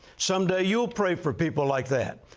someday, you'll pray for people like that.